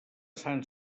sant